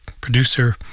producer